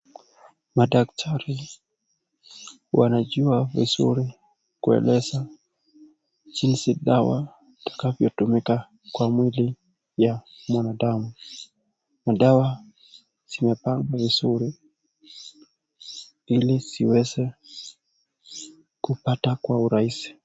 Madaktari wanajua vizuri kueleza jinsi dawa itakavyo tumika kwa mwili ya mwanadamu. Madawa zimepangwa vizuri ili ziweze kupata kwa urahisi.